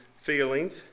feelings